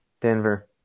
Denver